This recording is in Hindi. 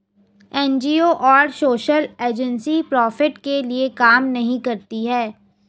एन.जी.ओ और सोशल एजेंसी प्रॉफिट के लिए काम नहीं करती है